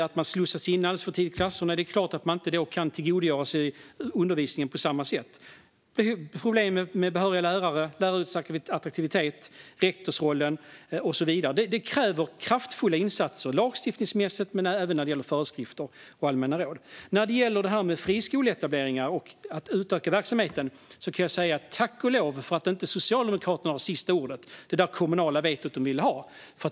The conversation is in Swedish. Om elever slussas in alldeles för tidigt i klasserna är det klart att de inte kan tillgodogöra sig undervisningen på samma sätt. Problemen med behöriga lärare, läraryrkets attraktivitet, rektorsrollen och så vidare kräver kraftfulla insatser både lagstiftningsmässigt och när det gäller föreskrifter och allmänna råd. När det gäller friskoleetableringar och att utöka verksamheten kan jag säga tack och lov för att inte Socialdemokraterna har sista ordet när det gäller det kommunala veto de vill ha.